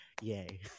yay